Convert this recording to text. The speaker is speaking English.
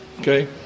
Okay